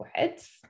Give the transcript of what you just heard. words